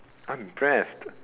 I'm impressed